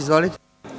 Izvolite.